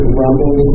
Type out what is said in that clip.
rumble